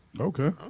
Okay